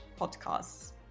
podcasts